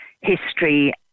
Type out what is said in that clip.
history